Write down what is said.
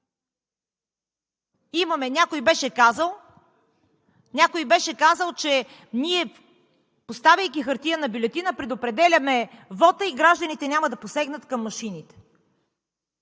Някой беше казал, че ние, поставяйки хартиена бюлетина, предопределяме вота и гражданите няма да посегнат към машините.